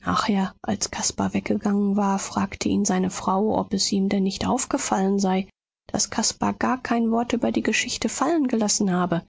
nachher als caspar weggegangen war fragte ihn seine frau ob es ihm denn nicht aufgefallen sei daß caspar gar kein wort über die geschichte fallen gelassen habe